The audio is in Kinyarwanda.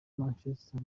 manchester